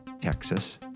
texas